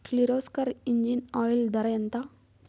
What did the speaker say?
Kirloskar engine oil ధర ఎంత?